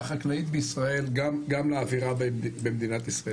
החקלאית בישראל גם לאוויר במדינת ישראל.